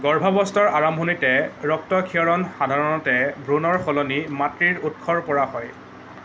গৰ্ভাৱস্থাৰ আৰম্ভণিতে ৰক্তক্ষৰণ সাধাৰণতে ভ্ৰূণৰ সলনি মাতৃৰ উৎসৰ পৰা হয়